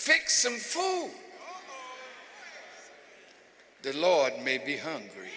fix some food the lord may be hungry